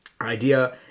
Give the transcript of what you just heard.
idea